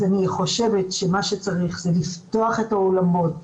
אז אני חושבת שמה שצריך זה לפתוח את האולמות,